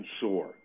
soar